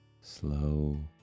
slow